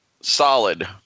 solid